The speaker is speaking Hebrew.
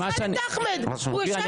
תשאל את אחמד, הוא יושב לידך.